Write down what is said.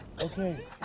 Okay